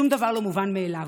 שום דבר לא מובן מאליו.